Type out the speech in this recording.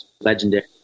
Legendary